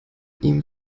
ihm